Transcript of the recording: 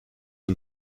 and